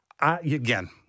Again